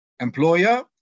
employer